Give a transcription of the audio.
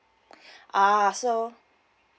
ah so